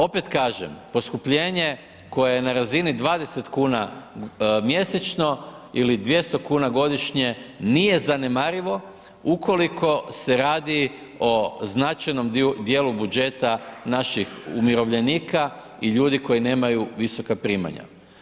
Opet kažem, poskupljenje koje je na razini 20 kuna mjesečno ili 200 kuna godišnje, nije zanemarivo ukoliko se radi o značajnom dijelu budžeta naših umirovljenika i ljudi koji nemaju visoka primanja.